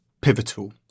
pivotal